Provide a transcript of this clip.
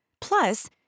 Plus